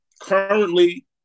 Currently